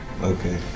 okay